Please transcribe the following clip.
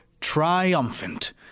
Triumphant